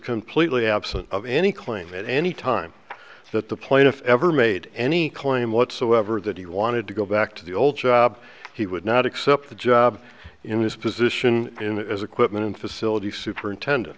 completely absent of any claim at any time that the plaintiff ever made any claim whatsoever that he wanted to go back to the old job he would not accept the job in his position as equipment and facilities superintendent